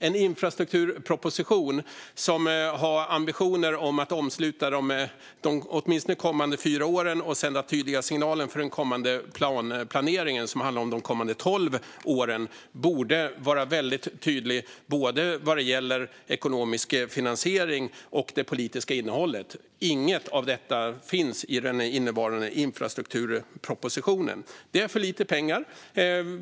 En infrastrukturproposition som har ambitionen att omsluta åtminstone de kommande fyra åren och sända tydliga signaler för den kommande planplaneringen, som handlar om de kommande tolv åren, borde vara väldigt tydlig både vad gäller ekonomisk finansiering och det politiska innehållet. Men inget av detta finns i den innevarande infrastrukturpropositionen. Det är för lite pengar.